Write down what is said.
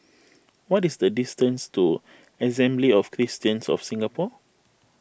what is the distance to Assembly of Christians of Singapore